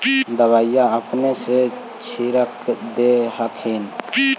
दबइया अपने से छीरक दे हखिन?